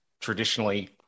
traditionally